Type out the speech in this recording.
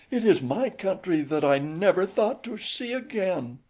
it is my country that i never thought to see again.